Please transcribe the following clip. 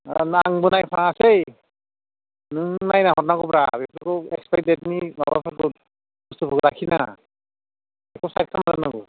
आंबो नायफ्लाङासै नों नायना हरनांगौब्रा बेफोरखौ एक्सपायरि डेटनि माबाफोरखौ बस्तुफोरखौ लाखिनो नाङा बेखौ सायड खालामना दोननांगौ